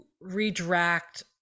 redirect